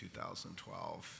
2012